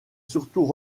surtout